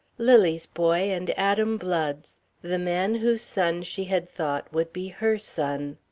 lily's boy and adam blood's the man whose son she had thought would be her son.